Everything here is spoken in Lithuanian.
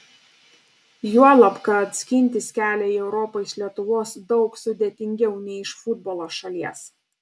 juolab kad skintis kelią į europą iš lietuvos daug sudėtingiau nei iš futbolo šalies